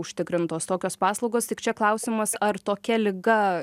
užtikrintos tokios paslaugos tik čia klausimas ar tokia liga